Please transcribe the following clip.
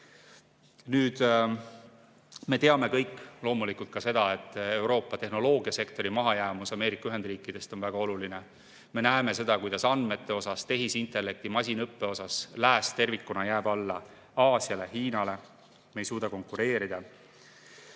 Me kõik teame loomulikult ka seda, et Euroopa tehnoloogiasektori mahajäämus Ameerika Ühendriikidest on väga suur. Me näeme seda, kuidas andmete osas, tehisintellekti, masinõppe osas Lääs tervikuna jääb alla Aasiale, Hiinale, me ei suuda konkureerida.